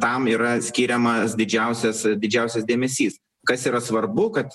tam yra skiriamas didžiausias didžiausias dėmesys kas yra svarbu kad